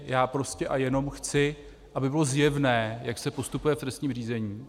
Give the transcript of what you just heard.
Já prostě a jenom chci, aby bylo zjevné, jak se postupuje v trestním řízení.